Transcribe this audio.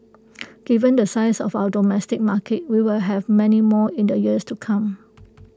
given the size of our domestic market we will have many more in the years to come